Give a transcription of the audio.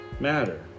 matter